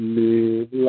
live